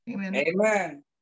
Amen